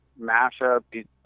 mashup